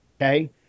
Okay